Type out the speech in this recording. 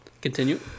continue